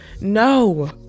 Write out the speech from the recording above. No